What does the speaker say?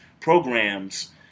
programs